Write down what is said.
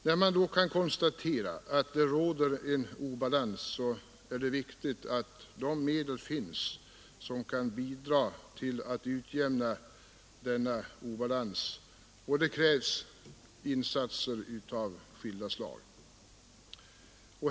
När man kan konstatera att det råder obalans är det viktigt att de medel finns som kan bidra till att utjämna: denna obalans, och det krävs då insatser av skilda slag.